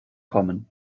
kommen